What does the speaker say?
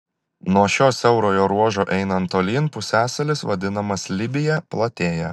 nuo šio siaurojo ruožo einant tolyn pusiasalis vadinamas libija platėja